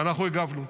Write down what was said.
ואנחנו הגבנו.